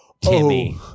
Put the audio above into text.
Timmy